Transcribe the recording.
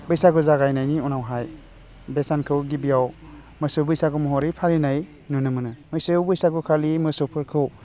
बैसागो जागायनायनि उनावहाय बे सानखौ गिबियाव मोसौ बैसागु महरै फालिनाय नुनो मोनो मोसौ बैसागुखालि मोसौफोरखौ